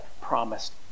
promised